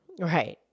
Right